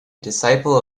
disciple